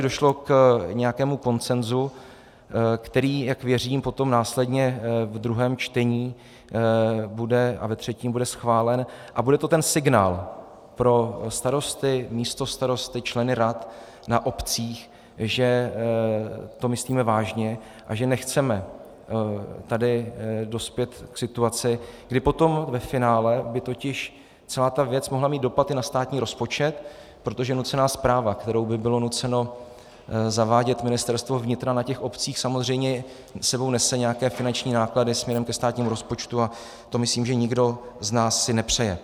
Došlo tady k nějakému konsenzu, který, jak věřím, potom následně ve druhém a třetím čtení bude schválen a bude to ten signál pro starosty, místostarosty, členy rad na obcích, že to myslíme vážně a že nechceme tady dospět k situaci, kdy potom ve finále by celá ta věc mohla mít dopad i na státní rozpočet, protože nucená správa, kterou by bylo nuceno zavádět Ministerstvo vnitra na těch obcích, samozřejmě s sebou nese nějaké finanční náklady směrem ke státnímu rozpočtu a to myslím, že si nikdo z nás nepřeje.